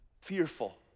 fearful